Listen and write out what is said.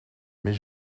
mais